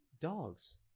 dogs